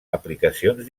aplicacions